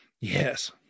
Yes